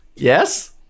Yes